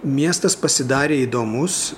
miestas pasidarė įdomus